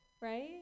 Right